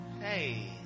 hey